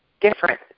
different